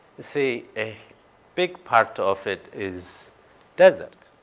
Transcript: see a big part of it is desert.